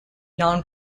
non